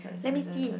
let me see